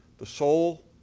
the soul,